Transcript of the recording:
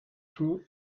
true